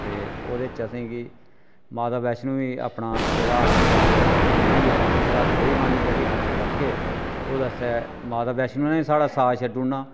ते ओह्दे च असें गी माता वैष्णो बी अपना जेह्ड़ा शीर्वाद दिंदी ऐ अगर अस बेइमानी करियै कमाई करगे ते ओह्दे आस्तै माता वैष्णो ने साढ़ा साथ छोड़ी ओड़ना